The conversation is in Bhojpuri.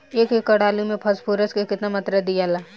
एक एकड़ आलू मे फास्फोरस के केतना मात्रा दियाला?